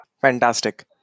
Fantastic